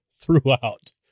throughout